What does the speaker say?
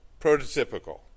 prototypical